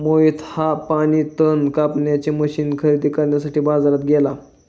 मोहित हा पाणी तण कापण्याचे मशीन खरेदी करण्यासाठी बाजारात गेला